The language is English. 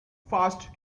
fast